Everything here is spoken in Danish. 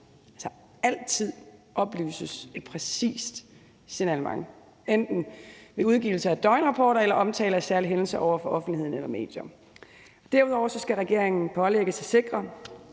altid oplyses et præcist signalement – ved enten udgivelse af døgnrapporter eller omtale af særlige hændelser over for offentligheden eller medier. Derudover skal regeringen pålægges at sikre,